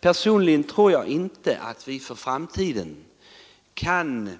Personligen tror jag inte att vi i framtiden kan